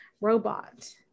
robot